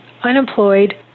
unemployed